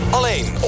Alleen